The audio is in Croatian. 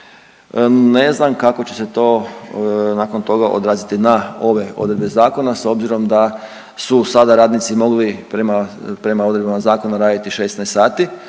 Ne znam kako će se to nakon toga odraziti na ove odredbe zakona s obzirom da su sada radnici mogli prema, prema odredbama zakona raditi 16 sati